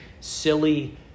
silly